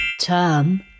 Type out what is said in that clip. Term